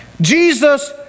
Jesus